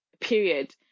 period